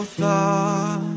thought